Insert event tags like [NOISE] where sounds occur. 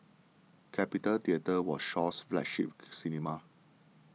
Capitol Theatre was Shaw's flagship [NOISE] cinema